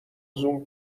زوم